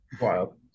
Wow